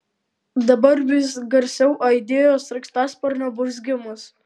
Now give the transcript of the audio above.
dabar vis garsiau aidėjo sraigtasparnio burzgimas